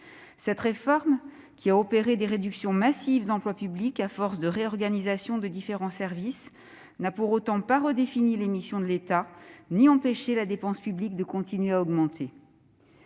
Cette réforme, qui a opéré des réductions massives d'emplois publics à force de réorganisations de différents services, n'a pas pour autant redéfini les missions de l'État ni empêché la dépense publique de continuer d'augmenter.